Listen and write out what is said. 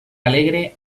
alegre